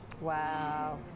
Wow